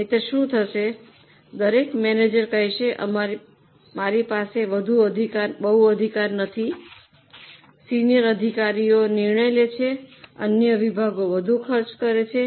નહિંતર શું થશે દરેક મેનેજર કહેશે કે મારી પાસે બહુ અધિકાર નથી સિનિયર અધિકારીઓ નિર્ણય લે છે અન્ય વિભાગો વધુ ખર્ચ કરે છે